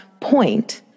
point